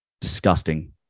Disgusting